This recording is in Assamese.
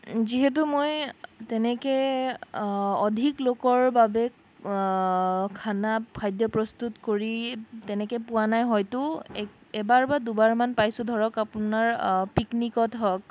যিহেতু মই তেনেকৈ অধিক লোকৰ বাবে খানা খাদ্য প্ৰস্তুত কৰি তেনেকৈ পোৱা নাই হয়তো এক এবাৰ বা দুবাৰমান পাইছোঁ ধৰক আপোনাৰ পিকনিকত হওক